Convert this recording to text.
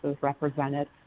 represented